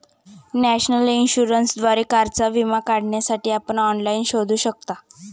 national इन्शुरन्सद्वारे कारचा विमा काढण्यासाठी आपण ऑनलाइन शोधू शकता